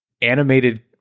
animated